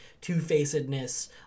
two-facedness